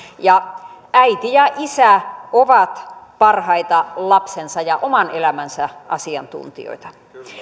äiti ja isä ovat parhaita lapsensa ja oman elämänsä asiantuntijoita